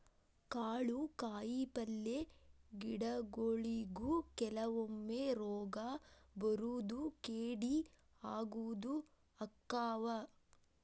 ಕಾಳು ಕಾಯಿಪಲ್ಲೆ ಗಿಡಗೊಳಿಗು ಕೆಲವೊಮ್ಮೆ ರೋಗಾ ಬರುದು ಕೇಡಿ ಆಗುದು ಅಕ್ಕಾವ